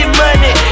money